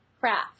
craft